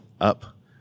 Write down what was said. up